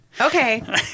Okay